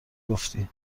گفتی